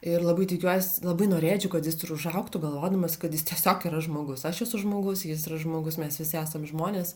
ir labai tikiuos labai norėčiau kad jis ir užaugtų galvodamas kad jis tiesiog yra žmogus aš esu žmogus jis yra žmogus mes visi esam žmonės